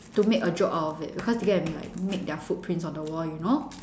to make a joke out of it because they go and like make their footprints on the wall you know